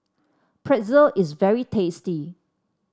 pretzel is very tasty